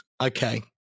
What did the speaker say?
Okay